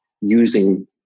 using